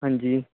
ਹਾਂਜੀ